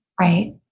Right